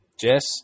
Jess